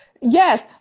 Yes